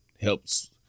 helps